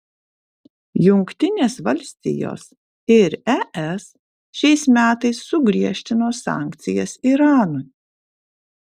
jungtinės valstijos ir es šiais metais sugriežtino sankcijas iranui